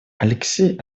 алексей